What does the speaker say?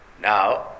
Now